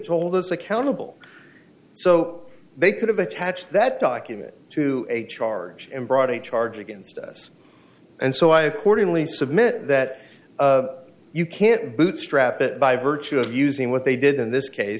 hold us accountable so they could have attached that document to a charge and brought a charge against us and so i accordingly submit that you can't bootstrap it by virtue of using what they did in this case